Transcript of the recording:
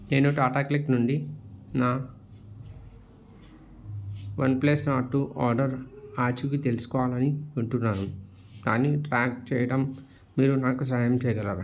నేను టాటా క్లిక్ నుండి నా వన్ప్లస్ నార్డ్ టూ ఆర్డర్ ఆచూకి తెలుసుకోవాలి అని అనుకుంటున్నాను దాన్ని ట్రాక్ చేయడం మీరు నాకు సహాయం చేయగలరా